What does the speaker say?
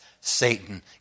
Satan